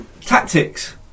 Tactics